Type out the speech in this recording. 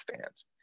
fans